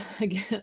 again